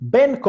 Ben